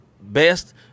best